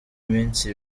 iminsi